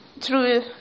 true